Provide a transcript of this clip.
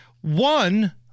one